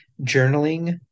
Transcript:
Journaling